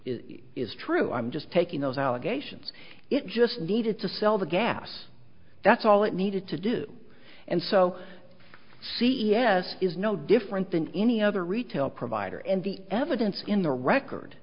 is is true i'm just taking those allegations it just needed to sell the gas that's all it needed to do and so c s is no different than any other retail provider and the evidence in the record